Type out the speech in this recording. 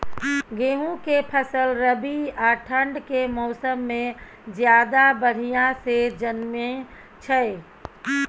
गेहूं के फसल रबी आ ठंड के मौसम में ज्यादा बढ़िया से जन्में छै?